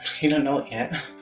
he don't know it yet.